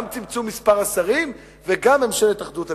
גם צמצום מספר השרים וגם ממשלת אחדות אמיתית.